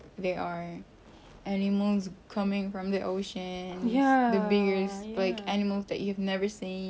there are animals coming from the ocean and the biggest like animals that you've never seen